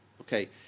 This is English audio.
okay